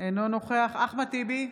אינו נוכח אחמד טיבי,